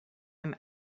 him